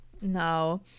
no